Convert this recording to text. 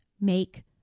make